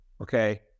Okay